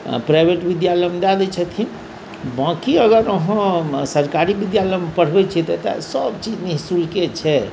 private विद्यालयमे दऽ दैत छथिन बाँकी अगर अहाँ सरकारी विद्यालयमे पढ़बैत छियै तऽ सभ चीज निःशुल्के छै